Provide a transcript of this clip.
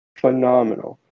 phenomenal